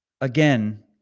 again